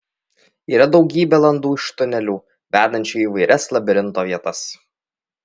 yra daugybė landų iš tunelių vedančių į įvairias labirinto vietas